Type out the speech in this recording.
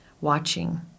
watching